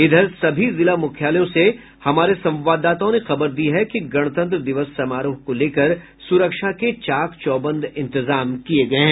इधर सभी जिला मुख्यालयों से हमारे संवाददाताओं ने खबर दी है कि गणतंत्र दिवस समारोह को लेकर सुरक्षा के चाक चौबंद इंतजाम किये गये हैं